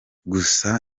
gusa